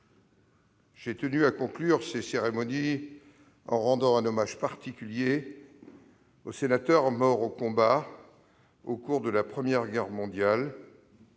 j'ai tenu à conclure ces cérémonies en rendant un hommage particulier au sénateur mort au combat au cours de la Première Guerre mondiale,